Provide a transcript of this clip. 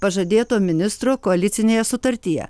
pažadėto ministro koalicinėje sutartyje